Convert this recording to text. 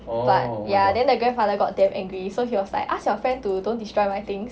but ya then the grandfather got damn angry so he was like ask your friend to don't destroy my things